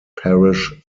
parish